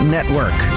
Network